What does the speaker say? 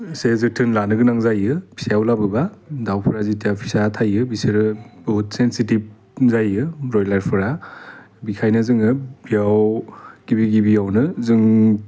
एसे जोथोन लानो गोनां जायो फिसायाव लाबोबा दाउफोरा जिथिया फिसा थायो बिसोरो बुहुत सेनसेटिभ जायो ब्रइलारफ्रा बिखायनो जोङो बेयाव गिबि गिबियावनो जों